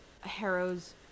Harrow's